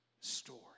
story